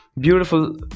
beautiful